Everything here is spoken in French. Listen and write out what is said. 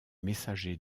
messagers